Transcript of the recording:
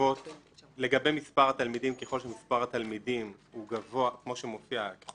לגבי מספר התלמידים ככל שמספר התלמידים הוא גבוה משמונה,